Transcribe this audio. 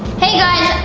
hey guys.